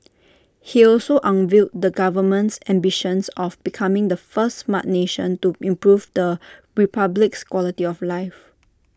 he also unveiled the government's ambitions of becoming the first Smart Nation to improve the republic's quality of life